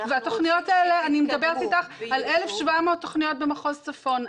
אני מדברת איתך על 1,700 תוכניות במחוז צפון,